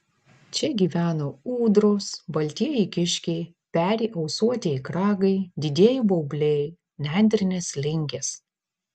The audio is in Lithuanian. čia gyvena ūdros baltieji kiškiai peri ausuotieji kragai didieji baubliai nendrinės lingės